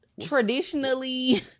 traditionally